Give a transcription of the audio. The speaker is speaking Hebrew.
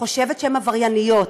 חושבת שהן עברייניות.